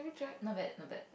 not bad not bad